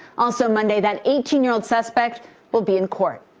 also monday that eighteen year old suspect will be in court.